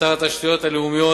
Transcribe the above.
שר התשתיות הלאומיות,